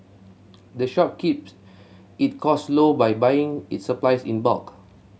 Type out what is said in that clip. the shop keeps it cost low by buying its supplies in bulk